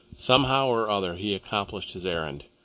somehow or other he accomplished his errand.